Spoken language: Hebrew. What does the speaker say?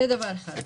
זה דבר אחד.